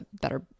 better